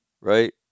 Right